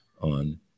on